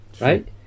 right